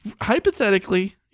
hypothetically